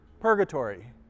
Purgatory